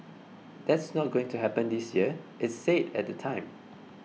that's not going to happen this year it said at the time